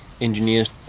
engineers